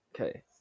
Okay